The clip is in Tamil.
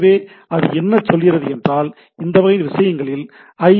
எனவே அது என்ன சொல்கிறது என்றால் இந்த வகை விஷயங்களில் ஐ